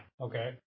okay